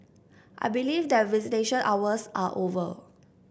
I believe that visitation hours are over